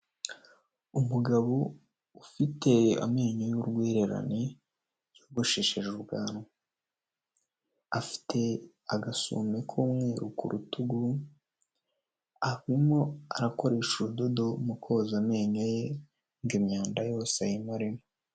Umugabo ufite amenyo y'urwererane, yogosheshe ubwanwa. Afite agasume k'umweru ku rutugu, arimo arakoresha urudodo mu koza amenyo ye ngo imyanda yose ayimaremo.